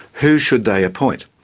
who should they appoint?